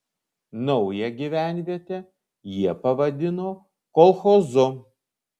naują gyvenvietę jie pavadino kolchozu